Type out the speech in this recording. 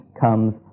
comes